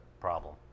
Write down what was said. problem